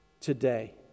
today